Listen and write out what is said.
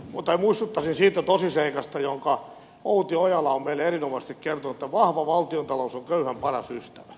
minä muistuttaisin siitä tosiseikasta jonka outi ojala on meille erinomaisesti kertonut että vahva valtiontalous on köyhän paras ystävä